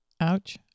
Ouch